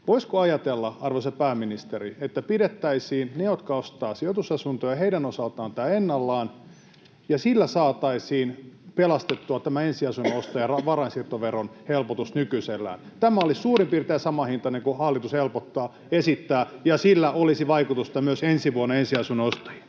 Voisiko ajatella, arvoisa pääministeri, että pidettäisiin niiden osalta, jotka ostavat sijoitusasuntoja, tämä ennallaan ja sillä saataisiin pidettyä ensiasunnon ostajien varainsiirtoveron helpotus nykyisellään? Tämä olisi suurin piirtein saman hintainen kuin hallitus esittää, ja sillä olisi vaikutusta myös ensi vuonna ensiasunnon ostajiin.